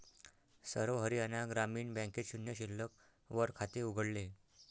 सर्व हरियाणा ग्रामीण बँकेत शून्य शिल्लक वर खाते उघडले